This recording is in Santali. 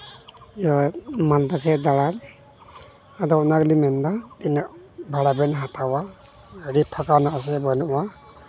ᱤᱭᱟᱹ ᱢᱟᱞᱫᱟ ᱥᱮᱜ ᱫᱟᱬᱟᱱ ᱟᱫᱚ ᱚᱱᱟ ᱜᱮᱞᱤᱧ ᱢᱮᱱᱫᱟ ᱛᱤᱱᱟᱹᱜ ᱵᱷᱟᱲᱟ ᱵᱮᱱ ᱦᱟᱛᱟᱣᱟ ᱜᱟᱹᱰᱤ ᱯᱷᱟᱠᱟ ᱢᱮᱱᱟᱜ ᱟᱥᱮ ᱵᱟᱹᱱᱩᱜᱼᱟ